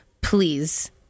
Please